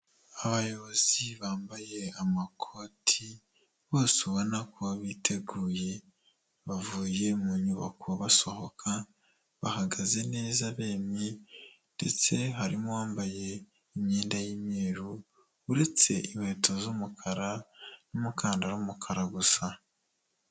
Abayobozi bambaye amakoti, bose ubona ko biteguye, bavuye mu nyubako basohoka, bahagaze neza bemye ndetse harimo uwambaye imyenda y'imyeru, uretse inkweto z'umukara n'umukanda w'umukara gusa.